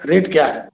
rate क्या है